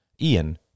Ian